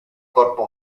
corpo